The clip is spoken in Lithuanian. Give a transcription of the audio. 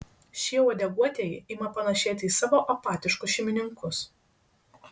šie uodeguotieji ima panašėti į savo apatiškus šeimininkus